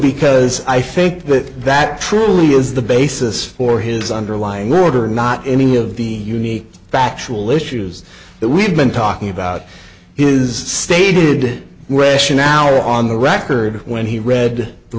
because i think that that truly is the basis for his underlying order not any of the unique factual issues that we've been talking about his stated rationale on the record when he read the